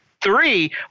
Three